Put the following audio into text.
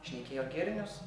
šnekėjo girnius